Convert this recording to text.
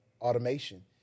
Automation